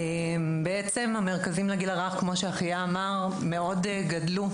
כמו שאחיה אמר,